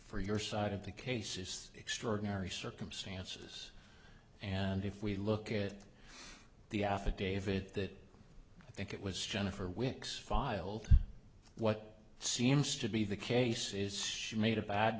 for your side of the case is extraordinary circumstances and if we look at the affidavit i think it was jennifer wicks filed what seems to be the case is she made a bad